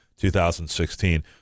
2016